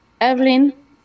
Evelyn